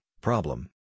problem